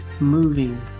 moving